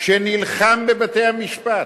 שנלחם בבתי-המשפט,